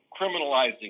criminalizing